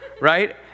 right